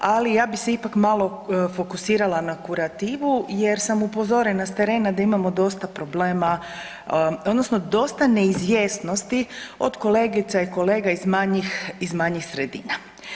Ali ja bih se ipak malo fokusirala na kurativu, jer sam upozorena sa terena da imamo dosta problema, odnosno dosta neizvjesnosti od kolegica i kolega iz manjih sredina.